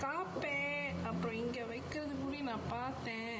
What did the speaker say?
பாத்தேன் அப்பறம் இங்க வைக்கிறது கூடி நான் பாத்தேன்:paathen apram inga vaikirathu koodi naan paathen